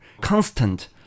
constant